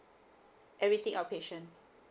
everything outpatient